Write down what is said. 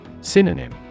Synonym